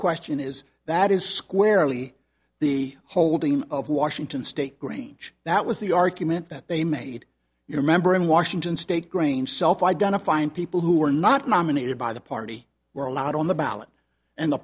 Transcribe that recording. question is that is squarely the holding of washington state grange that was the argument that they made you remember in washington state grange self identifying people who were not nominated by the party were allowed on the ballot and the